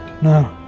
no